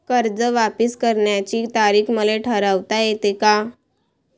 कर्ज वापिस करण्याची तारीख मले ठरवता येते का?